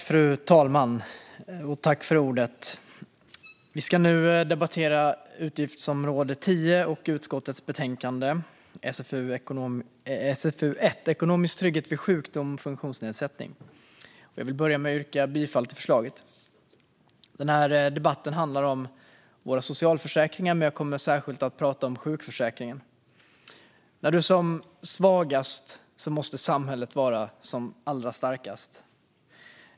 Fru talman! Vi ska nu debattera utgiftsområde 10 och utskottets betänkande SfU1 Ekonomisk trygghet vid sjukdom och funktionsnedsättning . Jag vill börja med att yrka bifall till utskottets förslag. Den här debatten handlar om våra socialförsäkringar, men jag kommer särskilt att tala om sjukförsäkringen. När du är som svagast måste samhället vara som allra starkast.